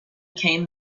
came